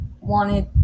wanted